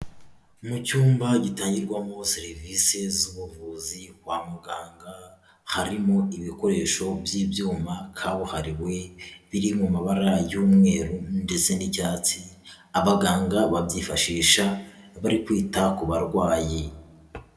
Mu cyumba gitangirwamo serivisi z'ubuvuzi kwa muganga, harimo ibikoresho by'ibyuma kabuhariwe biri mu mabara y'umweru ndetse n'icyatsi, abaganga babyifashisha bari kwita ku barwayi.